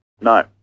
No